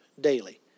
daily